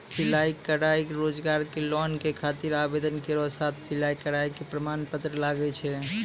सिलाई कढ़ाई रोजगार के लोन के खातिर आवेदन केरो साथ सिलाई कढ़ाई के प्रमाण पत्र लागै छै?